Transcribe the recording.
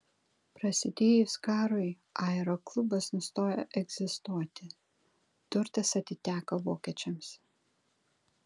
prasidėjus karui aeroklubas nustojo egzistuoti turtas atiteko vokiečiams